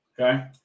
Okay